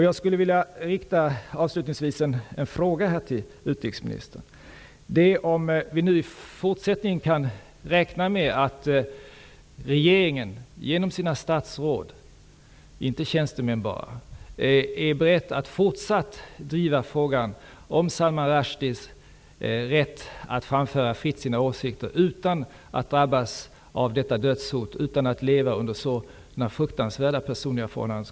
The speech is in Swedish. Jag vill avslutningsvis rikta en fråga till utrikesministern: Kan vi i fortsättningen räkna med att regeringen genom sina statsråd, inte bara tjänstemän, är beredd att fortsatt driva frågan om Salman Rushdies rätt att fritt framföra sina åsikter utan att drabbas av dödshot och utan att behöva leva under sådana fruktansvärda personliga förhållanden?